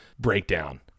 Breakdown